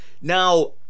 Now